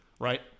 right